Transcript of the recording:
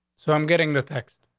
so i'm getting the text.